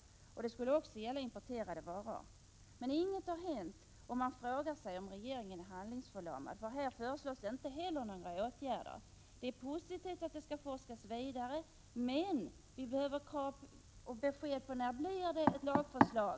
Det förbudet skulle också gälla importerade varor. Inget har hänt, och man frågar sig om regeringen är handlingsförlamad. Inte heller nu föreslås några åtgärder. Det är positivt att det skall forskas vidare, men vi behöver besked om när det kommer ett lagförslag.